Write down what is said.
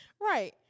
Right